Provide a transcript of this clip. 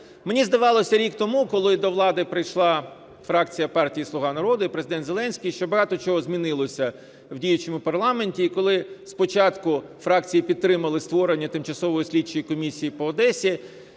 Мені здавалося, рік тому, коли до влади прийшла фракція партії "Слуга народу" і Президент Зеленський, що багато чого змінилося в діючому парламенті, і коли спочатку фракції підтримали створення Тимчасової слідчої комісії по Одесі,